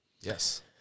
Yes